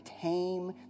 tame